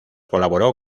colaboró